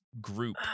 group